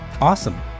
Awesome